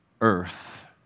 earth